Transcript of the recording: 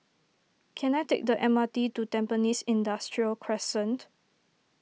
can I take the M R T to Tampines Industrial Crescent